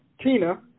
tina